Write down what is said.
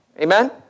Amen